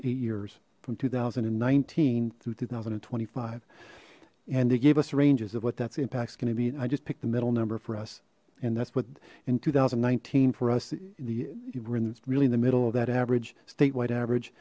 years from two thousand and nineteen through two thousand and twenty five and they gave us ranges of what that's impact is going to be i just picked the middle number for us and that's what in two thousand and nineteen for us the ritz really in the middle of that average statewide average